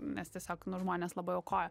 nes tiesiog nu žmonės labai aukojo